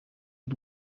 z’u